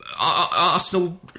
Arsenal